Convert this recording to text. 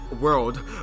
world